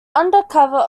undercover